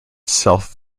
self